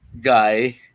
guy